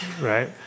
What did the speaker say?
Right